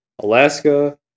Alaska